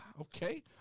Okay